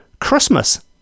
Christmas